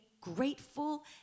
grateful